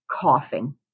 coughing